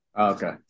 Okay